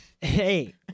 Hey